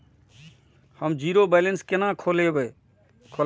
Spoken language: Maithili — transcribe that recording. हम जीरो बैलेंस केना खोलैब?